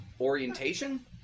orientation